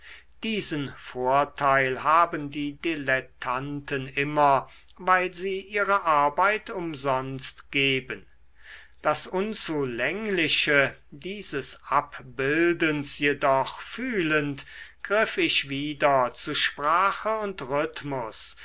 diesen vorteil haben dilettanten immer weil sie ihre arbeit umsonst geben das unzulängliche dieses abbildens jedoch fühlend griff ich wieder zu sprache und rhythmus